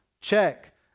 check